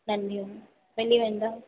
नंढियूं मिली वेंदौ